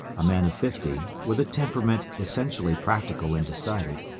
a man of fifty, with a temperament essentially practical and decided,